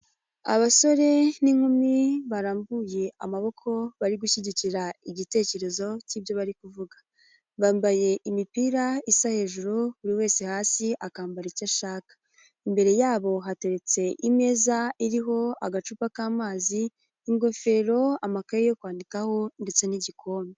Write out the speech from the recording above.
Abasore n'inkumi barambuye amaboko bari gushyigikira igitekerezo cy'ibyo bari kuvuga. Bambaye imipira isa hejuru, buri wese hasi akambara icyo ashaka. Imbere yabo hateretse imeza iriho agacupa k'amazi, ingofero, amakaye yo kwandikaho ndetse n'igikombe.